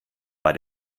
bei